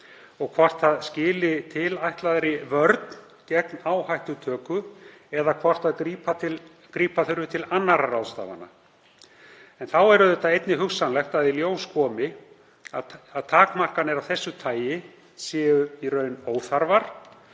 og hvort það skili tilætlaðri vörn gegn áhættutöku eða hvort grípa þurfi til annarra ráðstafana. Þá er hugsanlegt að í ljós komi að takmarkanir af þessu tagi séu óþarfar